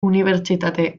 unibertsitate